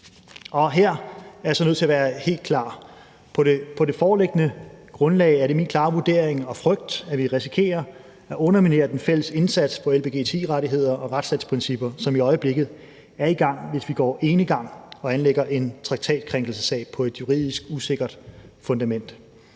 her er jeg så nødt til at være helt klar: På det foreliggende grundlag er det min klare vurdering og frygt, at vi risikerer at underminere den fælles indsats for lgbti-rettigheder og retsstatsprincipper – som i øjeblikket er i gang – hvis vi går enegang og anlægger en traktatskrænkelsessag på et juridisk usikkert fundament.